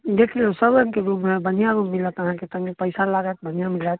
देखियौ सब रङ्गके रूम है बढ़िआँ रूम मिलत अहाँके तनी पैसा लागत बढ़िआँ मिलत